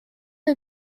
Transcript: and